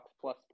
plus